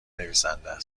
نویسنده